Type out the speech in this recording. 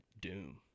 Doom